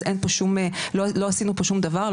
אז לא עשינו פה שום דבר,